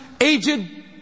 Aged